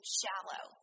shallow